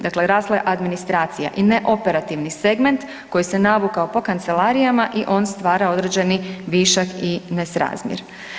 Dakle, rasla je administracija i ne operativni segment koji se navukao po kancelarijama i on stvara određeni višak i nesrazmjer.